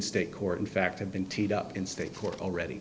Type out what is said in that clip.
state court in fact have been teeth up in state court already